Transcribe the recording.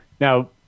Now